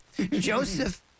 Joseph